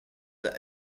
that